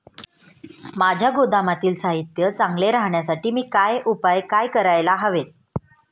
माझ्या गोदामातील साहित्य चांगले राहण्यासाठी मी काय उपाय काय करायला हवेत?